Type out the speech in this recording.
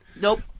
Nope